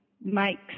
makes